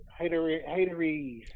hateries